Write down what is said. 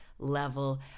level